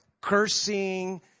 cursing